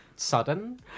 Sudden